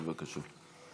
בבקשה.